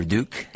Duke